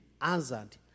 answered